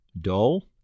dull